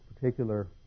particular